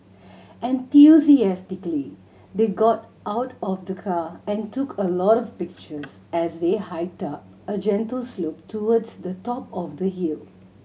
enthusiastically they got out of the car and took a lot of pictures as they hiked up a gentle slope towards the top of the hill